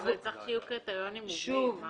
אבל צריך שיהיו קריטריונים מובנים.